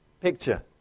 picture